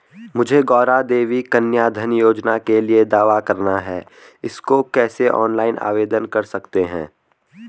मुझे गौरा देवी कन्या धन योजना के लिए दावा करना है इसको कैसे ऑनलाइन आवेदन कर सकते हैं?